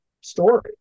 story